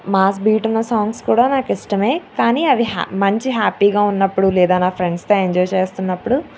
mass beat ఉన్న songs కూడా నాకు ఇష్టం కానీ అవి హ్యా మంచి హ్యాప్పీగా ఉన్నప్పుడు లేదా నా ఫ్రెండ్స్తో ఎంజాయ్ చేస్తున్నప్పుడు